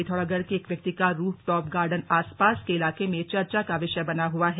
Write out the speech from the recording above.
पिथौरागढ़ के एक व्यक्ति का रूफ टॉप गार्डन आसपास के इलाके में चर्चा का विषय बना हुआ है